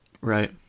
Right